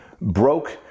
broke